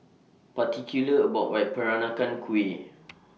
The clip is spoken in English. particular about My Peranakan Kueh